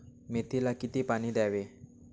मेथीला किती पाणी द्यावे?